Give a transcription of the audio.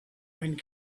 wind